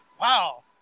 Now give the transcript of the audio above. wow